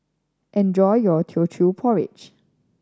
enjoy your Teochew Porridge